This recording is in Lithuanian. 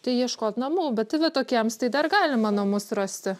tai ieškot namų bet tai va tokiems tai dar galima namus rasti